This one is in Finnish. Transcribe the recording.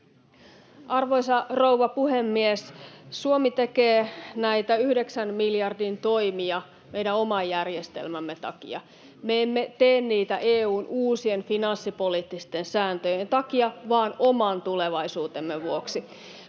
Arvoisa rouva puhemies! Suomi tekee näitä 9 miljardin toimia meidän oman järjestelmämme takia. Me emme tee niitä EU:n uusien finanssipoliittisten sääntöjen takia vaan oman tulevaisuutemme vuoksi.